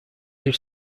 bir